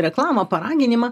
reklamą paraginimą